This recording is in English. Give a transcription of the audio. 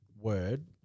word